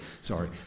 Sorry